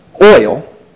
oil